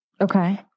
Okay